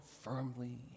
firmly